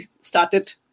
started